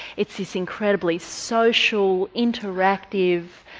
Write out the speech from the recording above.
it's this incredibly social, interactive,